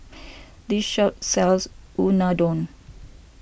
this shop sells Unadon